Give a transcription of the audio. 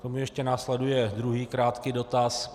Nyní ještě následuje druhý krátký dotaz.